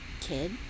kid